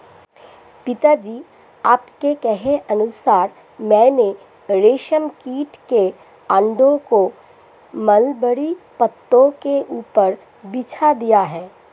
पिताजी आपके कहे अनुसार मैंने रेशम कीट के अंडों को मलबरी पत्तों के ऊपर बिछा दिया है